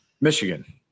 michigan